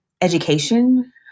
education